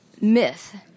myth